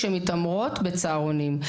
ומתעמרות בצהרונים.